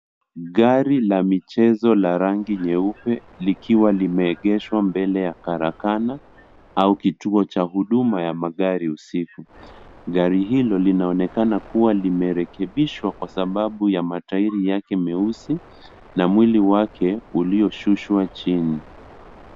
Gari la michezo la rangi nyeupe, likiwa limeegeshwa mbele ya karakana, au kituo cha huduma ya magari usiku, gari hilo linaonekana kuwa limerekebishwa kwa sababu ya mataili yake meusi, na mwili wake ulio shushwa chini.